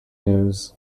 news